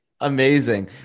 amazing